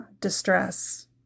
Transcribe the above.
distress